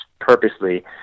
purposely